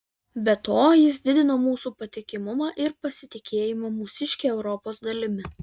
be to jis didino mūsų patikimumą ir pasitikėjimą mūsiške europos dalimi